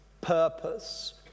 purpose